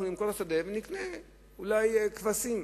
נמכור את השדה ונקנה אולי כבשים.